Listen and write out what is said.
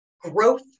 growth